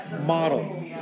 model